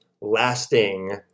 lasting